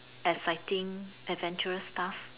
exciting adventurous stuff